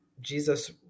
Jesus